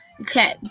Okay